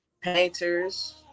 painters